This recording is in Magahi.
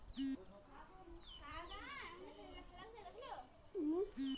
लगभग पन्द्रह सालेर बच्चा पिग्गी बैंकेर इस्तेमाल करते पाल जाछेक